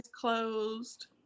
closed